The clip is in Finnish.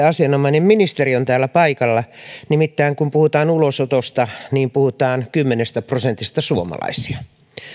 asianomainen ministeri on täällä paikalla nimittäin kun puhutaan ulosotosta niin puhutaan kymmenestä prosentista suomalaisia